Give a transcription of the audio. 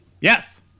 Yes